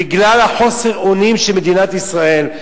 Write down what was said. בגלל חוסר האונים של מדינת ישראל,